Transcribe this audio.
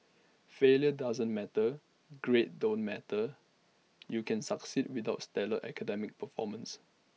failure doesn't matter grades don't matter you can succeed without stellar academic performance